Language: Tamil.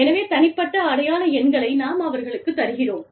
எனவே தனிப்பட்ட அடையாள எண்களை நாம் அவர்களுக்குத் தருகிறோம்